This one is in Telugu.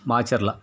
మాచర్ల